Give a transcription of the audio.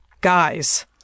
guys